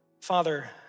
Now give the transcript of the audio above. Father